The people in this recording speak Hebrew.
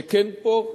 שכן פה,